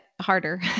harder